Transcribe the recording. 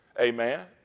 Amen